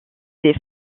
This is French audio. des